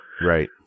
Right